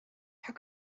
how